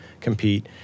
compete